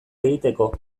egiteko